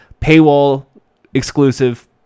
paywall-exclusive